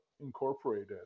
incorporated